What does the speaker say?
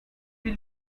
will